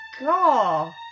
god